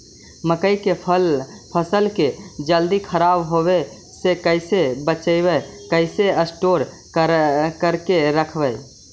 मकइ के फ़सल के जल्दी खराब होबे से कैसे बचइबै कैसे स्टोर करके रखबै?